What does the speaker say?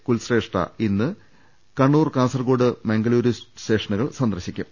കുൽശ്രേഷ്ഠ ഇന്ന് കണ്ണൂർ കാസർഗോഡ് മംഗളൂരു സ്റ്റേഷനുകൾ സന്ദർശിക്കും